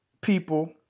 people